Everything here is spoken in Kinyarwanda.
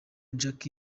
jack